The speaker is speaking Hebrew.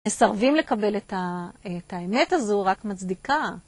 מסרבים לקבל את האמת הזו, רק מצדיקה.